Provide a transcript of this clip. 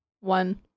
one